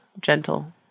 gentle